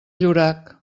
llorac